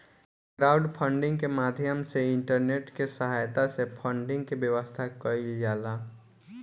crowdfunding के माध्यम से इंटरनेट के सहायता से फंडिंग के व्यवस्था कईल जाला